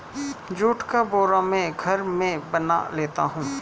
जुट का बोरा मैं घर में बना लेता हूं